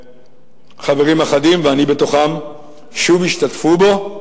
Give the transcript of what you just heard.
חברים אחדים, ואני בתוכם, שוב ישתתפו בו,